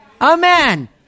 Amen